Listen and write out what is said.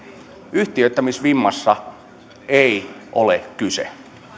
yhtiöittämisvimmasta ei ole kyse